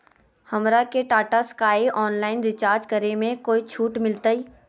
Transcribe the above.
हमरा के Tata Sky online recharge करे में कोई छूट मिलतई